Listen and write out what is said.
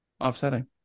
offsetting